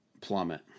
plummet